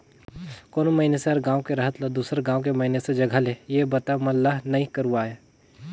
कोनो मइनसे हर गांव के रहत ल दुसर गांव के मइनसे जघा ले ये बता मन ला नइ करवाय